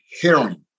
hearing